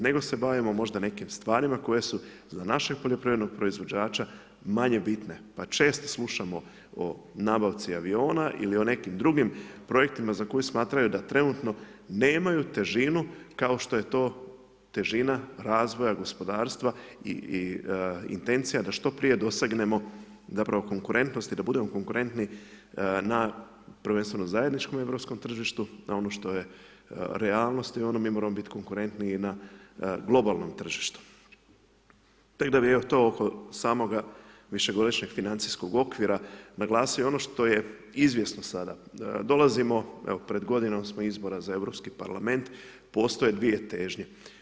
Nego se bavimo možda nekim stvarima koje su za našeg poljoprivrednog proizvođača manje bitne, pa često slušamo o nabavci aviona ili o nekim drugim projektima, za koje smatraju da trenutno nemaju težinu kao što je to težina razvoja gospodarstva i intencija da što prije dosegnemo konkurentnost i da budemo konkurentni na prvenstvenom zajedničkom europskom tržištu, na ono što je realnost, ono mi moramo biti konkurentniji na globalnom tržištu. … oko samoga višegodišnjeg financijskog okvira naglasio ono što je izvjesno sada, dolazimo pred godinom smo izbora za Europski parlament, postoje 2 težnje.